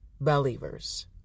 Believers